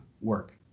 work